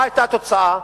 מה היתה התוצאה,